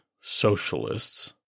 Socialists